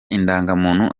indangamuntu